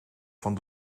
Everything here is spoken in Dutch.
van